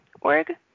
org